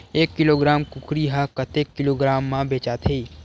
एक किलोग्राम कुकरी ह कतेक किलोग्राम म बेचाथे?